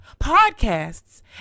podcasts